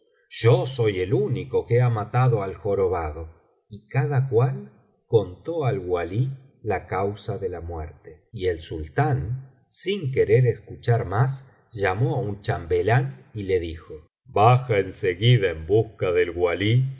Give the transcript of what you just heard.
yo soy el único que ha matado al jorobado y cada cual contó al walí la causa de la muerte biblioteca valenciana generalitat valenciana historia del jorobado y el sultán sin querer escuchar más llamó á un chambelán y le dijo baja en seguida en busca del walí